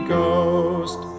Ghost